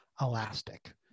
elastic